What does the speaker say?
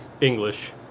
English